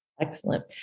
Excellent